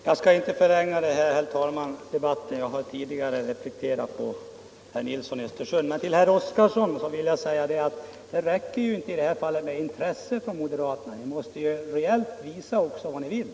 Herr talman! Jag har ju tidigare replikerat herr Nilsson i Östersund, och jag skall inte förlänga debatten ytterligare. Jag vill bara säga till herr Oskarson att det inte räcker med intresse från moderaternas sida. Ni måste också visa vad ni reellt vill.